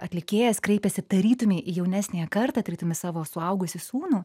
atlikėjas kreipiasi tarytumei į jaunesniąją kartą tarytum į savo suaugusį sūnų